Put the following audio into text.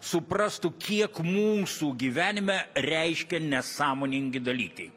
suprastų kiek mūsų gyvenime reiškia nesąmoningi dalykai